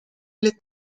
olid